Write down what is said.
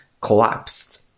collapsed